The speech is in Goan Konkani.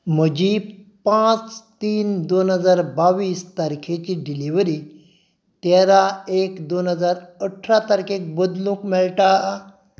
म्हजी पांच तीन दोन हजार बावीस तारखेची डिलिव्हरी तेरां एक दोन हजार अठरा तारखेक बदलूंक मेळटा